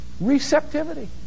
receptivity